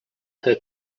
her